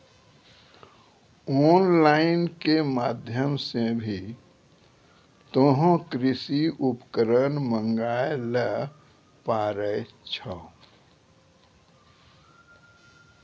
on line के माध्यम से भी तोहों कृषि उपकरण मंगाय ल पारै छौ